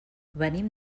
venim